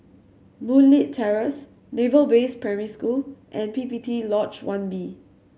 Boon Leat Terrace Naval Base Primary School and PPT Lodge One B